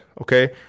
okay